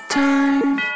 time